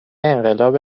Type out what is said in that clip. انقلاب